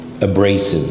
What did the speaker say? abrasive